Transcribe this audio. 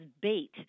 bait